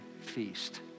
feast